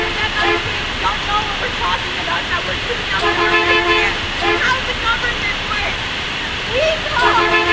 that us kids don't know what we're talking about, that we're too young to understand how the government works we call